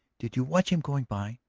did you watch him going by?